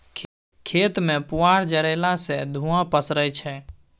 खेत मे पुआर जरएला सँ धुंआ पसरय छै